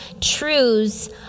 truths